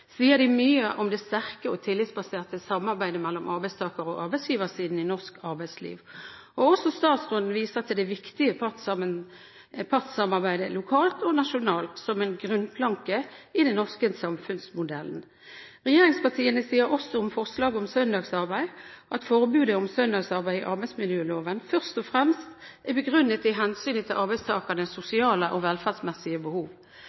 mye om det sterke og tillitsbaserte samarbeidet mellom arbeidstakersiden og arbeidsgiversiden i norsk arbeidsliv. Også statsråden viser til det viktige partssamarbeidet lokalt og nasjonalt som en grunnplanke i den norske samfunnsmodellen. Regjeringspartiene sier også om forslaget om søndagsarbeid at «forbudet mot søndagsarbeid først og fremst er begrunnet i hensynet til arbeidstakeres sosiale og velferdsmessige behov».